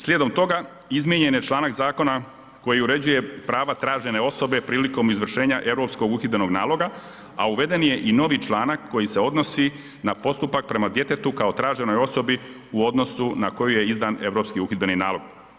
Slijedom toga, izmijenjen je čl. zakona koji uređuje prava tražene osobe prilikom izvršenja Europskog uhidbenog naloga, a uveden je i novi članak koji se odnosi na postupak prema djetetu kao traženoj osobi u odnosu na koju je izdan Europski uhidbeni nalog.